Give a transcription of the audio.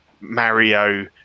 mario